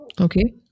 Okay